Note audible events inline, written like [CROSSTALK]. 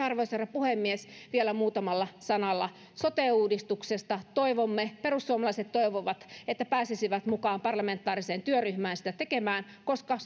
[UNINTELLIGIBLE] arvoisa herra puhemies vielä muutamalla sanalla sote uudistuksesta perussuomalaiset toivovat että pääsisivät mukaan parlamentaariseen työryhmään sitä tekemään koska [UNINTELLIGIBLE]